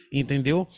entendeu